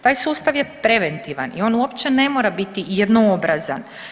Taj sustav je preventivan i on uopće ne mora biti jednoobrazan.